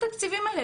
למה התקציבים האלה?